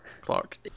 Clark